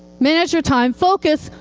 manage your time, focus,